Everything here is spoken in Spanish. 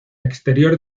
exterior